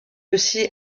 aussi